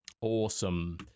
Awesome